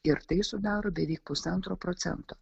ir tai sudaro beveik pusantro procento